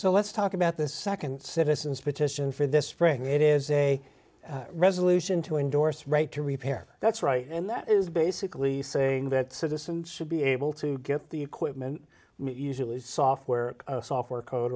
so let's talk about this nd citizens petition for this spring it is a resolution to endorse rape to repair that's right and that is basically saying that citizens should be able to get the equipment usually software software code